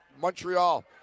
Montreal